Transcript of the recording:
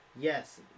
yes